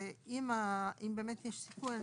אם באמת יש סיכוי,